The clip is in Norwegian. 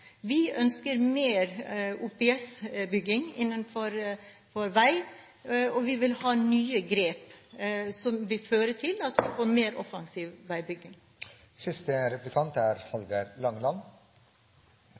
Vi ønsker mer OPS-bygging innenfor vei, og vi vil ha nye grep, som vil føre til at vi får mer offensiv